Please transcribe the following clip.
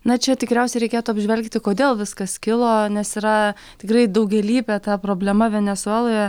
na čia tikriausiai reikėtų apžvelgti kodėl viskas kilo nes yra tikrai daugialypė ta problema venesueloje